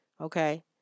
Okay